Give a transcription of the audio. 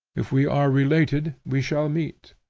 if we are related, we shall meet.